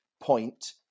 point